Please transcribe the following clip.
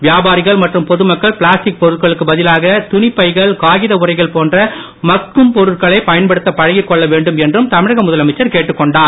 வியாபாரிகள் மற்றும் பொதுமக்கள் பிளாஸ்டிக் பொருட்களுக்கு பதிலாக துணிப் பைகள் காகித உறைகள் போன்ற மட்கும் பொருட்களை பயன்படுத்த பழகிக் கொள்ள வேண்டும் என்றும் தமிழக முதலமைச்சர் கேட்டுக் கொண்டார்